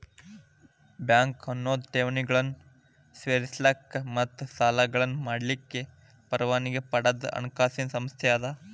bank ಅನ್ನೊದು ಠೇವಣಿಗಳನ್ನ ಸ್ವೇಕರಿಸಲಿಕ್ಕ ಮತ್ತ ಸಾಲಗಳನ್ನ ಮಾಡಲಿಕ್ಕೆ ಪರವಾನಗಿ ಪಡದ ಹಣಕಾಸಿನ್ ಸಂಸ್ಥೆ ಅದ